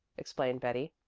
explained betty.